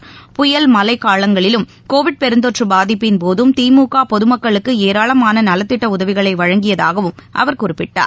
Covid மழைக்காலங்களிலும் பெருந்தொற்றுபாதிப்பின் போதம் புயல் திமுகபொதுமக்களுக்குஏராளமானநலத்திட்டஉதவிகளைவழங்கியதாகவும் அவர் குறிப்பிட்டார்